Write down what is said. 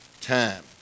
time